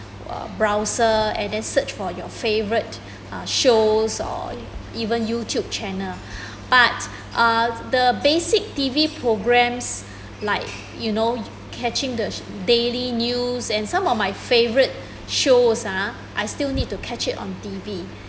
uh browser and then search for your favourite uh shows or even youtube channel but uh the basic T_V programmes like you know catching the daily news and some of my favourite shows ah I still need to catch it on T_V